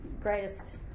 greatest